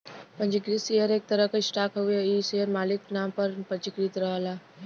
पंजीकृत शेयर एक तरह क स्टॉक हउवे इ शेयर मालिक नाम पर पंजीकृत रहला